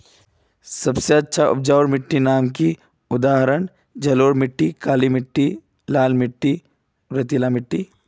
सबसे अच्छा उपजाऊ माटिर नाम की उदाहरण जलोढ़ मिट्टी, काली मिटटी, लाल मिटटी या रेतीला मिट्टी?